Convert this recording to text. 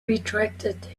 retracted